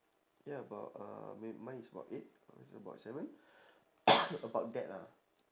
ya about uh may~ mine is about eight or is it about seven about that lah